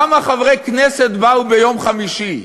והביטחון, כמה חברי כנסת באו ביום חמישי,